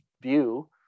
view